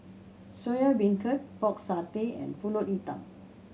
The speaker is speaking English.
Soya Beancurd Pork Satay and Pulut Hitam